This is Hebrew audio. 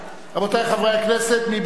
רבותי חברי הכנסת, מי בעד?